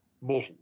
model